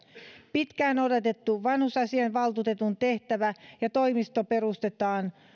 pitkään odotettu vanhusasiainvaltuutetun tehtävä ja toimisto perustetaan